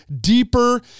deeper